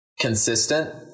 consistent